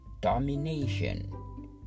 domination